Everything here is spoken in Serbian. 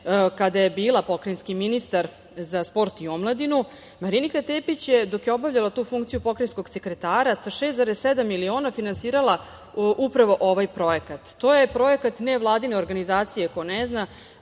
kada je bila pokrajinski ministar za sport i omladinu, Marinika Tepić je dok obavljala tu funkciju pokrajinskog sekretara, sa 6,7 miliona finansirala upravo ovaj projekat. To je projekata nevladine organizacije, ko ne zna.